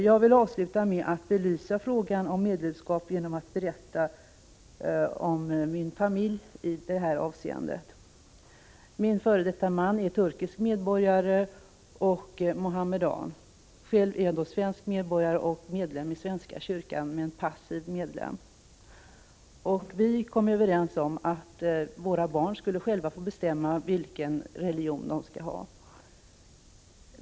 Jag vill avslutningsvis belysa frågan om medlemskap genom att berätta om min familj. Min före detta man är turkisk medborgare och muhammedan. Själv är jag svensk medborgare och medlem i svenska kyrkan, men passiv sådan. Vi kom överens om att våra barn själva skulle få bestämma vilken religion de skall ha.